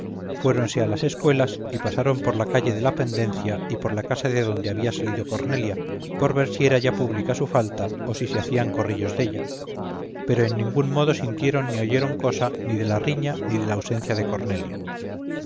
fuéronse a las escuelas y pasaron por la calle de la pendencia y por la casa de donde había salido cornelia por ver si era ya pública su falta o si se hacían corrillos della pero en ningún modo sintieron ni oyeron cosa ni de la riña ni de la ausencia de cornelia